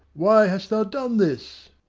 why hast thou done this?